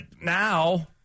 now